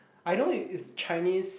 I know is Chinese